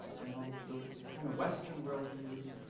you know, the kind of western world views,